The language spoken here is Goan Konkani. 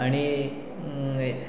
आनी